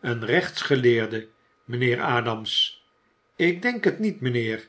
een rechtsgeleerde mynheer adams ik denk het niet mynheer